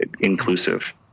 inclusive